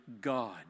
God